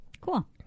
Cool